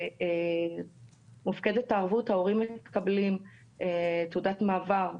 כשמופקדת הערבות, ההורים מקבלים תעודת מעבר.